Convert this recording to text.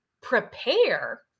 prepare